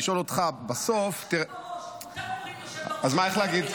לשאול אותך ------ איך אומרים "יושב בראש".